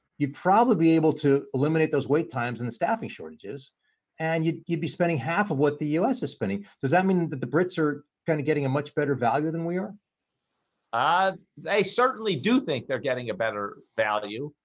you probably able to eliminate those wait times and staffing shortages and you'd you'd be spending half of what the us is spending does that mean that the brits are kind of getting a much better value than we are? ah they certainly do think they're getting a better value.